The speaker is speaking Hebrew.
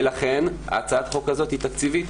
ולכן הצעת החוק הזאת היא תקציבית,